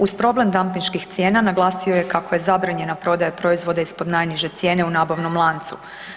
Uz problem dampinških cijena naglasio je kako je zabranjena prodaja proizvoda ispod najniže cijene u nabavnom lancu.